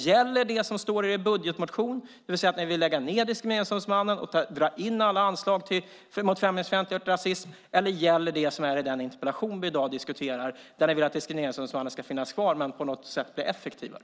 Gäller det som står i er budgetmotion, det vill säga att ni vill lägga ned Diskrimineringsombudsmannen och dra in alla anslag mot främlingsfientlighet och rasism, eller gäller det som tas upp i den interpellation som vi i dag diskuterar och där ni vill att Diskrimineringsombudsmannen ska finnas kvar men på något sätt bli effektivare?